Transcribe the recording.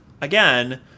again